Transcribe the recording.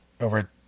over